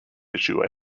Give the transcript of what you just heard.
issue